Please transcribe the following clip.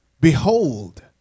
Behold